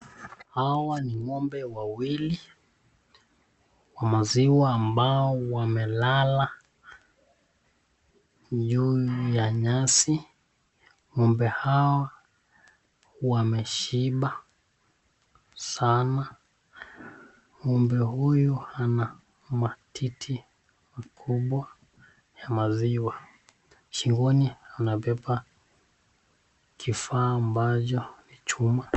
Hawa ni ng'ombe wawili wa maziwa ambao wamelala juu ya nyasi. Ng'ombe hao wameshiba sana. Ng'ombe huyu ana matiti makubwa ya maziwa. Shingoni anabeba kifaa ambacho ni chuma.